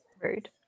Rude